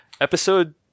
episode